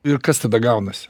ir kas tada gaunasi